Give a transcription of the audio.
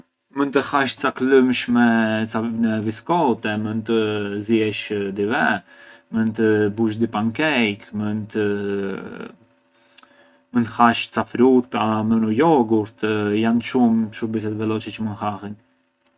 Mënd të hash ca klëmshë me viskote, mënd zjesh dy ve, mënd bush di pancake, mënd hash ca frutta me u yogurt, janë shumë shurbiset veloci çë mënd hahen.